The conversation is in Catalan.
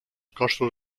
costos